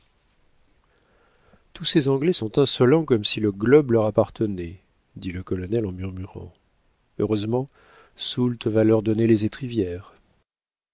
tous ces anglais sont insolents comme si le globe leur appartenait dit le colonel en murmurant heureusement soult va leur donner les étrivières